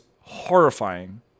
horrifying